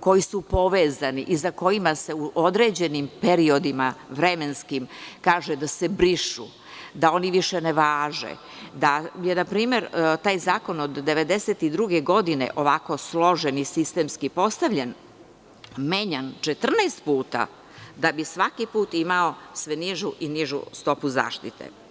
koji su povezani na kojima se određenim periodima vremenskim kaže da se brišu, da oni više ne važe, da je npr. taj zakon od 1992. godine ovako složen i sistemski postavljen menjan 14 puta da bi svaki put imao sve nižu i nižu stopu zaštite.